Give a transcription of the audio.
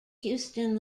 houston